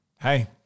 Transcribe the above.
hey